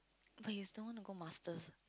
but you don't want to go masters